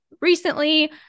recently